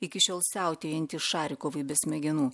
iki šiol siautėjantys šarikovai be smegenų